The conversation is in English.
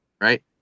right